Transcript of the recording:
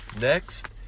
Next